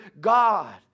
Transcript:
God